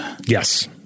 Yes